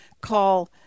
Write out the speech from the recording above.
call